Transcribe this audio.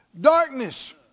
Darkness